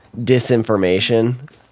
disinformation